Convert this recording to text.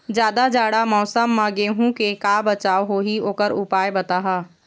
जादा जाड़ा मौसम म गेहूं के का बचाव होही ओकर उपाय बताहा?